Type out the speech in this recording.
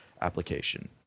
application